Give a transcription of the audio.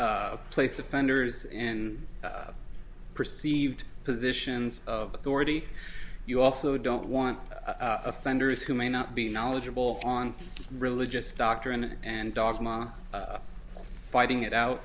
to place offenders and perceived positions of authority you also don't want a thunderous who may not be knowledgeable on religious doctrine and dogma fighting it out